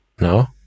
No